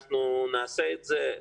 נעשה את זה,